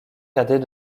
cadet